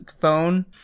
phone